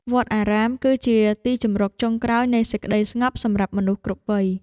វត្តអារាមគឺជាទីជម្រកចុងក្រោយនៃសេចក្តីស្ងប់សម្រាប់មនុស្សគ្រប់វ័យ។